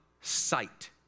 Sight